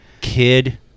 Kid